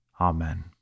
Amen